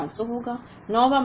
8 वां महीना 500 होगा